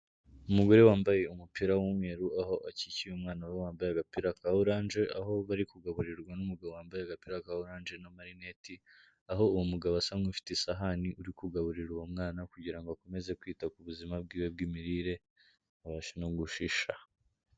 Umugore wambaye umupira w'umweru, aho akikiye umwana we wambaye agapira ka orange, aho bari kugaburirwa n'umugabo wambaye agapira ka orange n'amarineti, aho uwo mugabo asa nk'ufite isahani uri kugaburira uwo mwana kugira ngo akomeze kwita ku buzima bw'iwe bw'imirire abashe no gushisha.